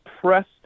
pressed